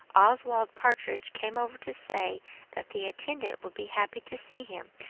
oswald partridge came over to say that the intendant would be happy to see him,